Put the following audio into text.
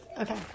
Okay